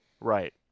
Right